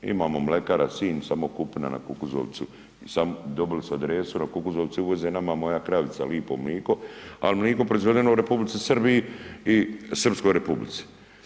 Imamo Mlekara Sinj samo kupina na Kukuzovcu i dobili su adresu na Kukuzovcu uvoze nama moja kravica lipo mliko, al mliko proizvedeno u Republici Srbiji i Srpskoj Republici.